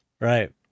Right